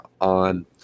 on